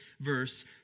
verse